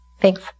Thanks